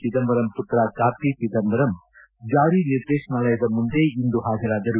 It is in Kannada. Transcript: ಚಿದಂಬರಂ ಪುತ್ರ ಕಾರ್ತಿ ಚಿದಂಬರಂ ಜಾರಿ ನಿರ್ದೇಶನಾಲಯದ ಮುಂದೆ ಇಂದು ಹಾಜರಾದರು